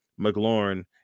McLaurin